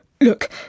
Look